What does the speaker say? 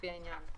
לפי העניין,